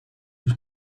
już